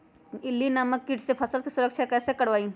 इल्ली नामक किट से फसल के सुरक्षा कैसे करवाईं?